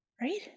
right